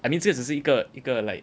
I mean 这只是一个一个 like